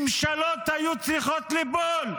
ממשלות היו צריכות ליפול,